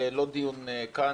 לא דיון כאן.